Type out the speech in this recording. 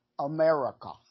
America